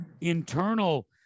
internal